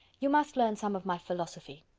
you must learn some of my philosophy.